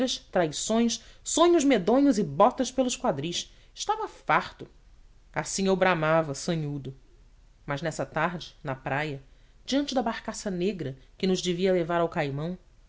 traições sonhos medonhos e botas pelos quadris estava farto assim eu bramava sanhudo mas nessa tarde na praia diante da barcaça negra que nos devia levar ao caimão